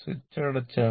switch അടച്ചാണ്